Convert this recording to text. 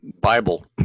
Bible